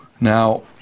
Now